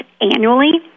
annually